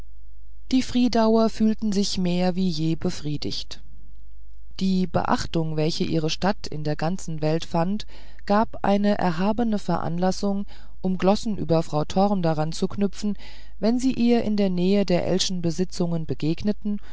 die friedauer fühlten sich mehr wie je befriedigt die beachtung welche ihre stadt in der ganzen welt fand gab eine erhabene veranlassung um glossen über frau torm daran zu knüpfen wenn sie ihr in der nähe der ellschen besitzung begegneten